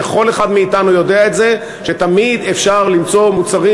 וכל אחד מאתנו יודע שתמיד אפשר למצוא מוצרים,